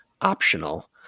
optional